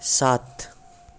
सात